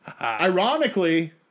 Ironically